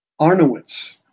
Arnowitz